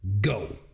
Go